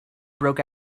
broke